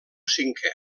cinquè